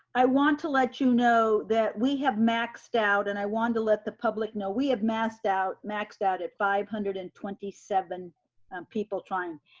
i want to let you know that we have maxed out and i wanted to let the public know, we have maxed out maxed out at five hundred and twenty seven people trying.